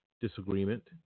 disagreement